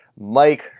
Mike